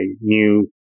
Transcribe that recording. new